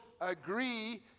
agree